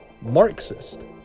Marxist